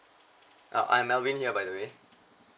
uh I'm melvin here by the way